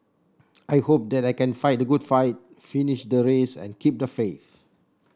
I hope that I can fight the good fight finish the race and keep the faith